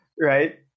Right